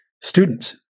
students